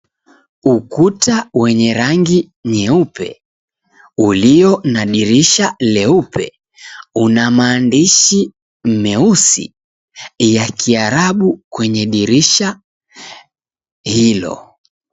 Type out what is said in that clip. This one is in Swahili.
Ukuta wenye rangi nyeupe ulio na dirisha leupe unamaaandishi meusi ya kiarabu kwenye dirisha hilo.